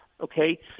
Okay